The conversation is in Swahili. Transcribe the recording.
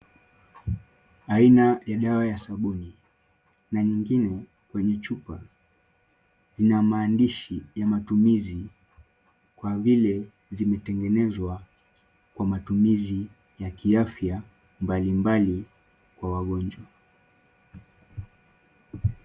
Aina ya dawa ya sabuni na nyingine kwenye chupa. Ina maandishi ya matumizi, kwa vile zimetengenezwa. Kwa matumizi ya kiafya mbalimbali kwa wagonjwa.